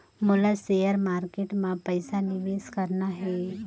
मोला share market मां पइसा निवेश करना हे?